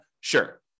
Sure